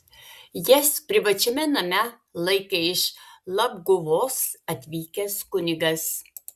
jas privačiame name laikė iš labguvos atvykęs kunigas